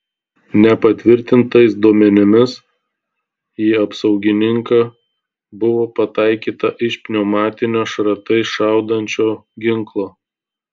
nepatvirtintais duomenimis į apsaugininką buvo pataikyta iš pneumatinio šratais šaudančio ginklo